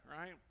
right